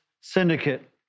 syndicate